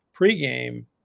pregame